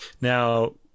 Now